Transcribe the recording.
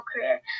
career